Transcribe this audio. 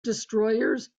destroyers